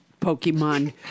Pokemon